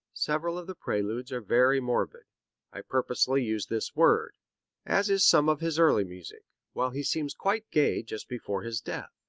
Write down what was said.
several of the preludes are very morbid i purposely use this word as is some of his early music, while he seems quite gay just before his death.